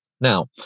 Now